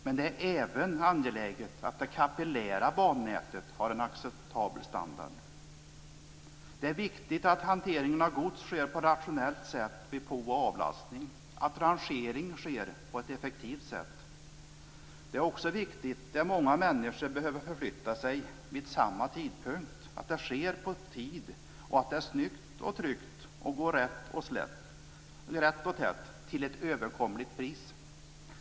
Men det är även angeläget att det kapillära bannätet har en acceptabel standard. Det är viktigt att hanteringen av gods sker på ett rationellt sätt vid på och avlastning, att rangering sker på ett effektivt sätt. Det är också viktigt när många människor behöver förflytta sig vid samma tidpunkt att det sker på tid, att det är snyggt och tryggt, går rätt och tätt till ett överkomligt pris.